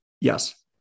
Yes